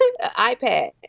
iPad